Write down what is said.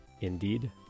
Indeed